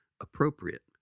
appropriate